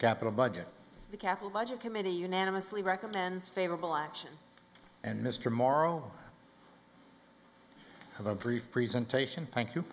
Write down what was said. capital budget the capital budget committee unanimously recommends favorable action and mr morrow have a brief presentation thank you